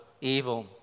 evil